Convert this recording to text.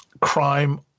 crime